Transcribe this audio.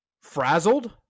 frazzled